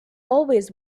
always